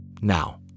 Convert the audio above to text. Now